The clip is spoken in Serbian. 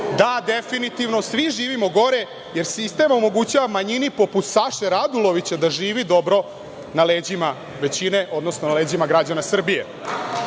Da, definitivno svi živimo gore, jer sistem omogućava manjini poput Saše Radulovića da živi dobro na leđima većine, odnosno na leđima građana Srbije. Kako